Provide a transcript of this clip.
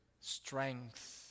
strength